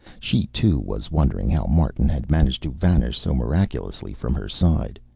she too, was wondering how martin had managed to vanish so miraculously from her side.